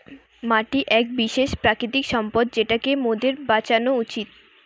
মাটি এক বিশেষ প্রাকৃতিক সম্পদ যেটোকে মোদের বাঁচানো উচিত